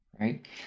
right